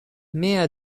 mia